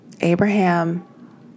Abraham